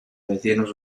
vecinos